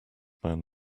man